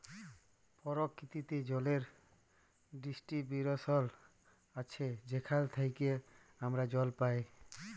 পরকিতিতে জলের ডিস্টিরিবশল আছে যেখাল থ্যাইকে আমরা জল পাই